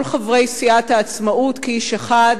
כל חברי סיעת העצמאות כאיש אחד,